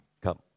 come